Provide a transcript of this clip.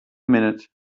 minute